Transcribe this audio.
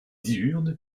diurne